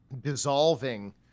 dissolving